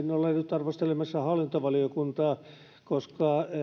arvostelemassa hallintovaliokuntaa koska